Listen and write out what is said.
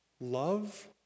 Love